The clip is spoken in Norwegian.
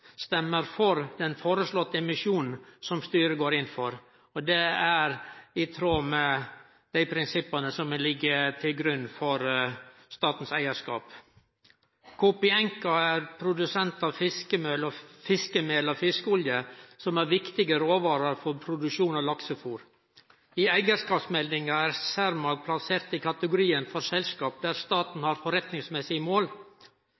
stemmer for den foreslåtte emisjonen som styret går inn for. Det er i tråd med dei prinsippa som ligg til grunn for staten sitt eigarskap. Copeinca er produsent av fiskemjøl og fiskeolje, som er viktige råvarer for produksjon av laksefôr. I eigarskapsmeldinga er Cermaq plassert i kategorien for selskap der staten har forretningsmessige mål.